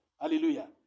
Hallelujah